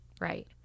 right